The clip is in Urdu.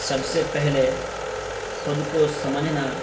سب سے پہلے خود کو سمجھنا